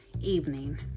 evening